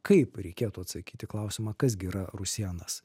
kaip reikėtų atsakyt į klausimą kas gi yra rusėnas